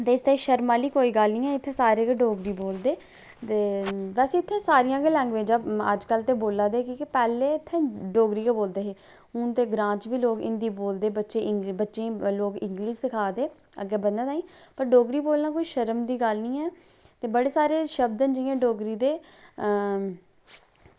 दोस्तो इत्थें कोई शर्म आह्ली गल्ल निं ऐ इत्थें सारे गै डोगरी बोलदे ते बस उत्थें सारियां गै लैंग्वेज़ां सारे ते बोल्ला दे गै पैह्लें इत्थें डोगरी गै बोलदे हे हून ग्रांऽ बिच वबी लोग हिंदी बोलदे ते बच्चें गी इंगलिश सिखांदे अग्गें बधने ताहीं ते डोगरी बोलना कोई शर्म दी गल्ल निं ऐ ते बड़े सारे शब्द न जियां डोगरी दे अं